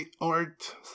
art